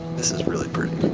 this is really pretty.